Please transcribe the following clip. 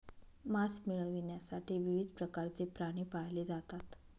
मांस मिळविण्यासाठी विविध प्रकारचे प्राणी पाळले जातात